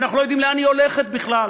ואנחנו לא יודעים לאן היא הולכת בכלל,